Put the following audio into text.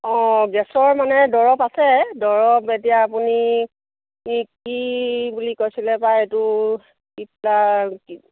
অঁ গেছৰ মানে দৰৱ আছে দৰৱ এতিয়া আপুনি কি বুলি কৈছিলে পায় এইটো কিবা